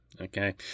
Okay